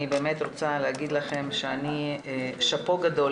אני באמת רוצה להגיד לכם שאפו גדול,